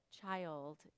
child